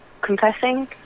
confessing